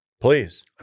Please